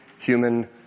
human